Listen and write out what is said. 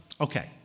okay